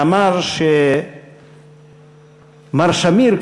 שאמר שמר שמיר,